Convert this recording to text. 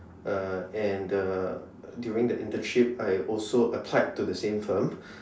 uh and the during the internship I also applied to the same firm